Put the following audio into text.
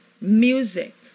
Music